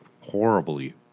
horribly